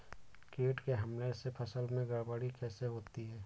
कीट के हमले से फसल में गड़बड़ी कैसे होती है?